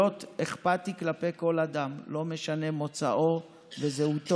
להיות אכפתי כלפי כל אדם, לא משנה מוצאו וזהותו.